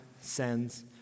sends